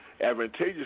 Advantageous